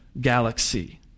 galaxy